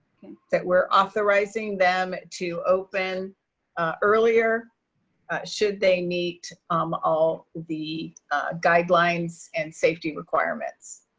that we're authorizing them to open earlier should they meet um all the guidelines and safety requirements.